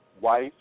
wife